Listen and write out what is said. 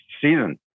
season